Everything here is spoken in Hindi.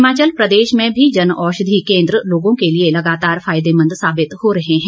हिमाचल प्रदेश में भी जन औषधि केन्द्र लोगों के लिए लगातार फायदेमंद साबित हो रहे हैं